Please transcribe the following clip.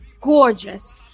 gorgeous